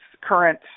current